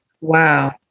Wow